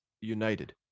United